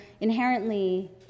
inherently